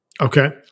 okay